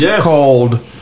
called